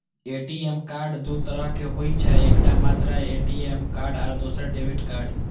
ATM card दू तरहक होइ छै, एकटा मात्र ए.टी.एम कार्ड आ दोसर डेबिट कार्ड